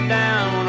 down